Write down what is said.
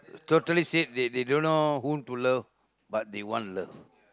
totally safe they they don't know who to love but they want love